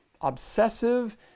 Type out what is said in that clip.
obsessive